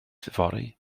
fory